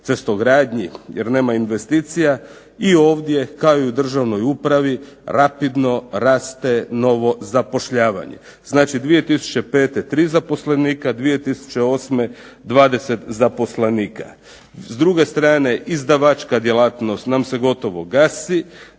cestogradnji jer nema investicija i ovdje kao i u državnoj upravi rapidno raste novo zapošljavanje. Znači, 2005. tri zaposlenika, 2008. 20 zaposlenika. S druge strane, izdavačka djelatnost nam se gotovo gasi,